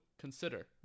consider